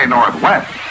Northwest